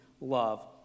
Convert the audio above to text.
love